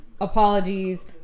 apologies